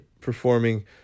performing